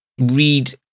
read